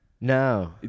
no